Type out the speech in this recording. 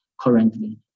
currently